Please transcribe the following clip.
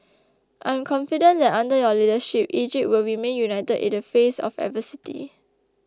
I'm confident that under your leadership Egypt will remain united in the face of adversity